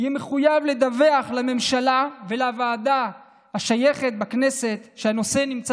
יהיה מחויב לדווח לממשלה ולוועדה השייכת לכנסת שהנושא נמצא